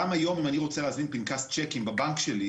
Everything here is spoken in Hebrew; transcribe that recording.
גם היום, אם אני רוצה להזמין פנקס צ'קים בבנק שלי,